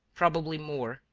probably more,